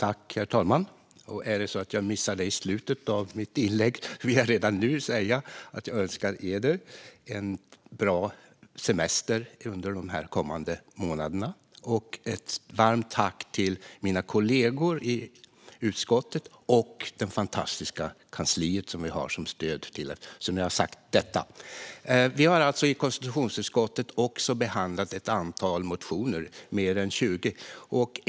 Herr talman! Om jag skulle missa det i slutet av mitt inlägg vill jag redan nu säga att jag önskar er en bra semester under de kommande månaderna. Jag vill också rikta ett varmt tack till mina kollegor i utskottet och till det fantastiska kansli vi har som stöd! Vi har alltså i konstitutionsutskottet också behandlat ett antal motioner, mer än 20.